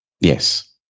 Yes